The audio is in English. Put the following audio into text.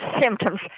symptoms